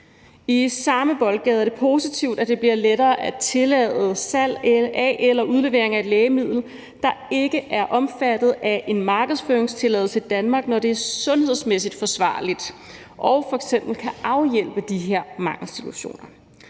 I samme boldgade er det positivt, at det bliver lettere at tillade salg eller udlevering af et lægemiddel, der ikke er omfattet af en markedsføringstilladelse i Danmark, når det er sundhedsmæssigt forsvarligt og f.eks. kan afhjælpe de her mangelsituationer.